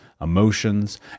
emotions